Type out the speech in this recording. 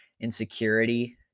insecurity